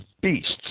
beasts